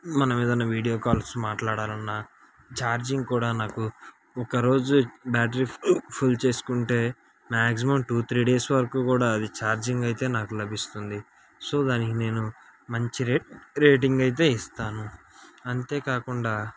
మనం ఏదైనా video calls మాట్లాడాలన్న ఛార్జింగ్ కూడా నాకు ఒక రోజు బ్యాటరీ ఫుల్ చేసుకుంటే మాక్సిమం టు త్రీ డేస్ వరకు కూడా అది ఛార్జింగ్ అయితే నాకు లభిస్తుంది సో దానికి నేను మంచి రేట్ రేటింగ్ అయితే ఇస్తాను అంతేకాకుండా